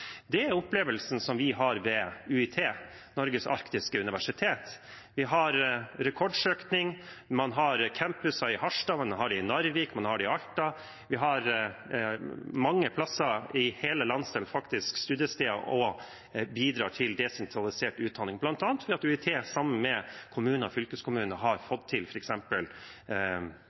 Det er den opplevelsen vi har ved UiT – Norges arktiske universitet. Vi har rekordsøkning og campuser i Harstad, Narvik og Alta. Mange plasser i hele landsdelen har vi studiesteder og bidrar til desentralisert utdanning, bl.a. ved at UiT sammen med kommunene og fylkeskommunene har fått til